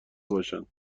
باشند